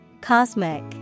Cosmic